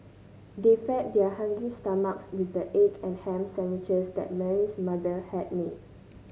they fed their hungry stomachs with the egg and ham sandwiches that Mary's mother had made